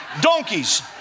donkeys